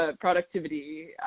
productivity